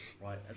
right